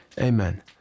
Amen